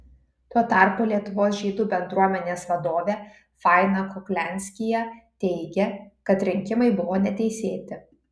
tuo tarpu lietuvos žydų bendruomenės vadovė faina kuklianskyje teigia kad rinkimai buvo neteisėti